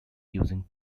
using